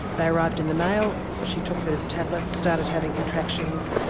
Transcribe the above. they arrived in the mail. she took the tablets, started having contractions,